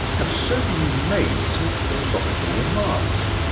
have certainly made some philosophical remarks,